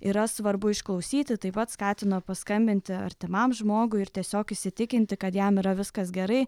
yra svarbu išklausyti taip pat skatino paskambinti artimam žmogui ir tiesiog įsitikinti kad jam yra viskas gerai